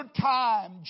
time